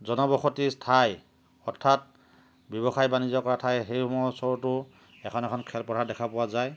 জনবসতিৰ ঠাই অৰ্থাৎ ব্যৱসায় বাণিজ্য কৰা ঠাই সেইসমূহৰ ওচৰতো এখন এখন খেলপথাৰ দেখা পোৱা যায়